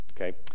Okay